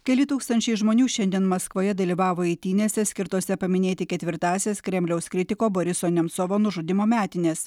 keli tūkstančiai žmonių šiandien maskvoje dalyvavo eitynėse skirtose paminėti ketvirtąsias kremliaus kritiko boriso nemcovo nužudymo metines